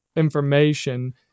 information